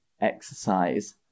exercise